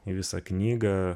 į visą knygą